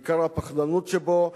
ובעיקר הפחדנות שבו,